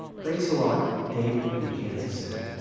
thanks a lot. david in kansas city.